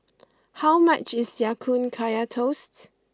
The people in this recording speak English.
how much is Ya Kun Kaya Toasts